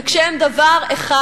וכשהם דבר אחד,